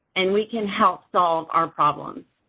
and we can help solve our problems.